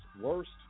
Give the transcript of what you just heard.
worst